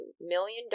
million